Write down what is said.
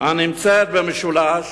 הנמצאת במשולש